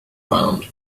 round